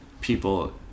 people